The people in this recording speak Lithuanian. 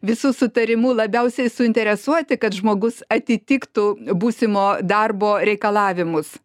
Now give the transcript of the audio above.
visų sutarimu labiausiai suinteresuoti kad žmogus atitiktų būsimo darbo reikalavimus